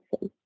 say